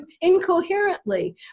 incoherently